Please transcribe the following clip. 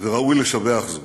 וראוי לשבח זאת.